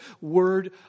word